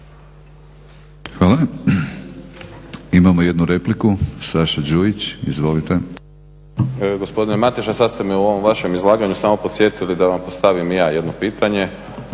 (HNS)** Imamo jednu repliku. Saša Đujić, izvolite.